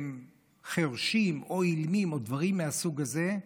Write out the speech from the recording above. הם חירשים או אילמים או דברים מהסוג הזה,